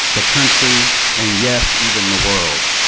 the country and yes even the world.